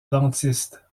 dentiste